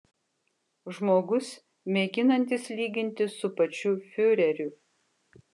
žmogus mėginantis lygintis su pačiu fiureriu